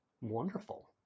Wonderful